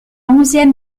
onzième